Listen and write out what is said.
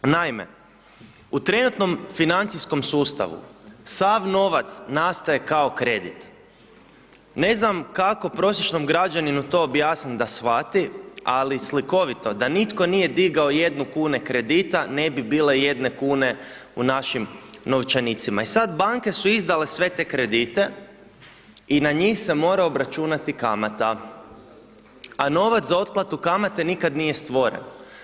Naime, u trenutnom financijskom sustavu, sav novac nastaje kao kredit, ne znam kako prosječnom građaninu to objasnit da shvati, ali slikovito da nitko nije digao jednu kune kredita, ne bi bile jedne kune u našim novčanicima i sad banke su izdale sve te kredite i na njih se mora obračunati kamata, a novac za otplatu kamate nikad nije stvoren.